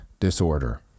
Disorder